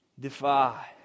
Defy